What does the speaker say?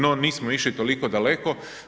No, nismo išli toliko daleko.